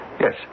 Yes